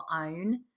own